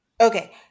Okay